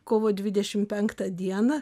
kovo dvidešim penktą dieną